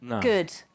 good